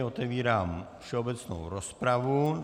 Otevírám všeobecnou rozpravu.